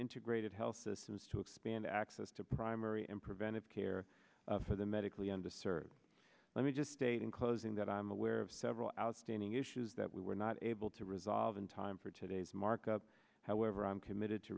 integrated health systems to expand access to primary and preventive care for the medically underserved let me just state in closing that i'm aware of several outstanding issues that we were not able to resolve in time for today's markup however i am committed to